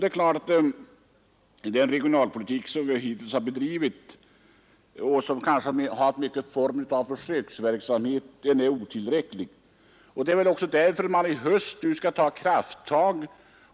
Det är klart att den regionalpolitik som vi hittills har bedrivit — och som kanske i mycket har formen av försöksverksamhet — är otillräcklig. Det är väl också därför som man i höst skall ta krafttag.